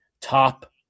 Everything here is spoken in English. top